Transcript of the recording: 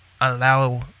allow